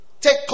take